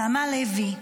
נעמה לוי,